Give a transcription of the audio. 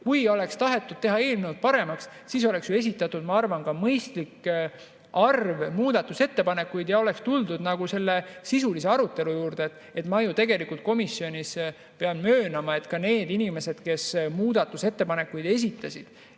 Kui oleks tahetud eelnõu paremaks teha, siis oleks esitatud, ma arvan, mõistlik arv muudatusettepanekuid ja oleks tuldud selle sisulise arutelu juurde. Ma ju tegelikult komisjonis [nägin], pean möönma, et nendes inimestes, kes muudatusettepanekuid esitasid